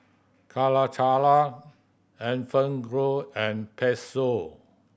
Calacara and Fagrow and Pezzo